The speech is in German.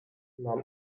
nahm